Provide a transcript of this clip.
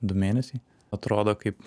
du mėnesiai atrodo kaip